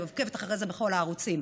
אני עוקבת אחרי זה בכל הערוצים.